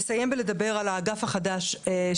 שכותרתו: אגף התחדשות יהודית.) אני אסיים בלדבר על האגף החדש שהוקם,